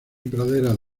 praderas